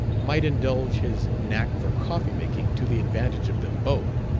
might indulge his knack for coffee-making to the advantage of them both.